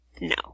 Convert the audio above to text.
No